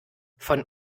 von